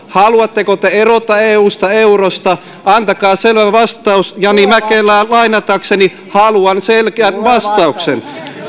haluatteko te erota eusta eurosta antakaa selvä vastaus jani mäkelää lainatakseni haluan selkeän vastauksen